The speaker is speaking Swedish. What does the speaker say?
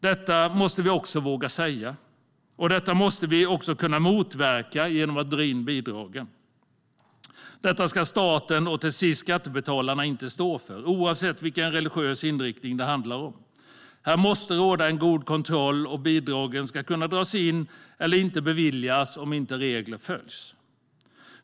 Detta måste vi våga säga, och detta måste vi också kunna motverka genom att dra in bidragen. Detta ska inte staten och till sist skattebetalarna stå för, oavsett vilken religiös inriktning det handlar om. Här måste råda en god kontroll, och bidragen ska kunna dras in eller inte beviljas om inte reglerna följs.